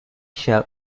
shall